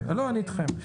אני אתכם.